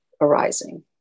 arising